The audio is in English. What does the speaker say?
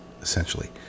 essentially